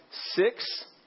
six